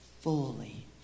fully